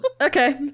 Okay